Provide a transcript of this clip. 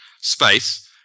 space